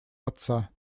отца